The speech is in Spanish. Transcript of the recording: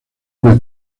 una